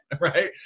right